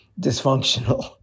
dysfunctional